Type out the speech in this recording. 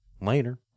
Later